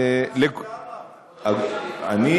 מה עם מה שאתה אמרת?